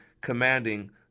commanding